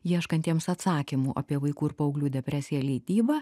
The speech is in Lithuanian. ieškantiems atsakymų apie vaikų ir paauglių depresiją leidybą